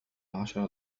عشرة